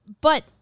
but-